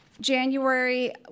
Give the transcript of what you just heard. January